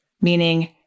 meaning